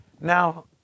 Now